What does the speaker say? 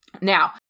Now